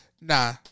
nah